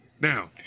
Now